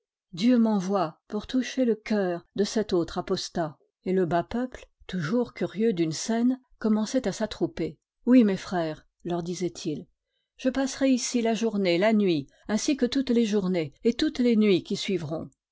dieu m'envoie pour toucher le coeur de cet autre apostat et le bas peuple toujours curieux d'une scène commençait à s'attrouper oui mes frères leur disait-il je passerai ici la journée la nuit ainsi que toutes les journées et toutes les nuits qui suivront